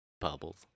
Bubbles